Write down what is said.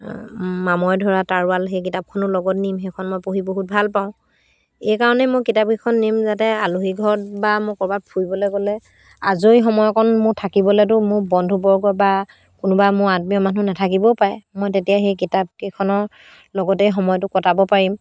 মামৰে ধৰা তাৰোৱাল সেই কিতাপখনো লগত নিম সেইখন মই পঢ়ি বহুত ভাল পাওঁ এইকাৰণে মই কিতাপকেইখন নিম যাতে আলহীঘৰত বা মোৰ ক'ৰবাত ফুৰিবলৈ গ'লে আজৰি সময়কণ মোৰ থাকিবলেতো মোৰ বন্ধুবৰ্গ বা কোনোবা মোৰ আত্মীয় মানুহ নাথাকিবও পাৰে মই তেতিয়া সেই কিতাপকেইখনৰ লগতে সময়টো কটাব পাৰিম